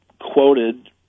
quoted